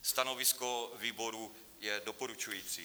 Stanovisko výboru je doporučující.